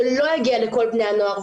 זה לא יגיע לכל בני הנוער,